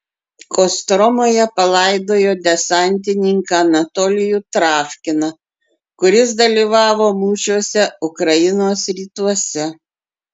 kostromoje palaidojo desantininką anatolijų travkiną kuris dalyvavo mūšiuose ukrainos rytuose